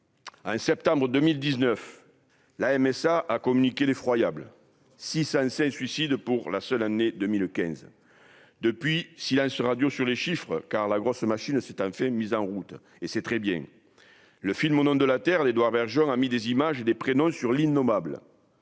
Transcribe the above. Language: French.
1 septembre 2019 la MSA a communiqué l'effroyable si suicide pour la seule année 2015 depuis silence radio sur les chiffres, car la grosse machine, c'est un fait, mise en route et c'est très bien, le film au nom de la terre d'Édouard Bergeon a mis des images et des prénoms sur l'innommable